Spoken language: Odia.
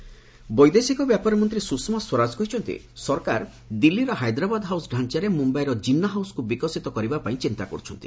ସୁଷମା ଜିନ୍ନା ହାଉସ୍ ବୈଦେଶିକ ବ୍ୟାପାର ମନ୍ତ୍ରୀ ସୁଷମା ସ୍ୱରାଜ କହିଛନ୍ତି ସରକାର ଦିଲ୍ଲୀର ହାଇଦ୍ରାବାଦ ହାଉସ୍ ଢ଼ାଞ୍ଚାରେ ମୁମ୍ବାଇର କିନ୍ନା ହାଉସ୍କୁ ବିକଶିତ କରିବା ପାଇଁ ଚିନ୍ତା କରୁଛନ୍ତି